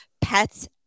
pets